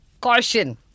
caution